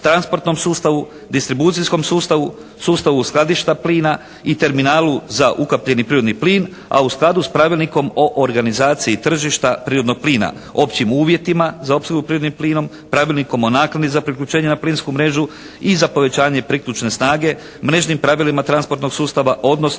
transportnom sustavu, distribucijskom sustavu, sustavu skladišta plina i terminalu za ukapljeni prirodni plin a u skladu s pravilnikom o organizaciji tržišta prirodnog plina, općim uvjetima za opskrbu prirodnim plinom, pravilnikom o naknadi za priključenje na plinsku mrežu i za povećanje priključne snage mrežnim pravilima transportnog sustava odnosno